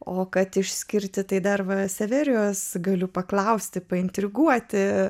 o kad išskirti tai dar va severijos galiu paklausti intriguoti